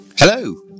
Hello